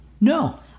No